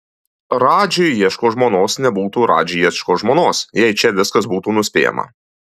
radži ieško žmonos nebūtų radži ieško žmonos jei čia viskas būtų nuspėjama